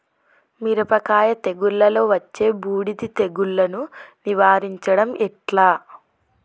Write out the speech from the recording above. మిరపకాయ తెగుళ్లలో వచ్చే బూడిది తెగుళ్లను నివారించడం ఎట్లా?